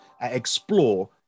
explore